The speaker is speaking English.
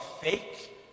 fake